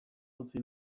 utzi